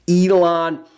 Elon